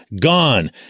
gone